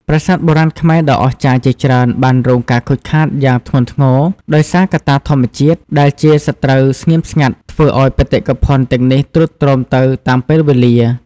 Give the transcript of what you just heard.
ប្រាសាទបុរាណខ្មែរដ៏អស្ចារ្យជាច្រើនបានរងការខូចខាតយ៉ាងធ្ងន់ធ្ងរ ដោយសារកត្តាធម្មជាតិ ដែលជាសត្រូវស្ងៀមស្ងាត់ធ្វើឲ្យបេតិកភណ្ឌទាំងនេះទ្រុឌទ្រោមទៅតាមពេលវេលា។